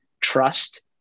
trust